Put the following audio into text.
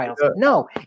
No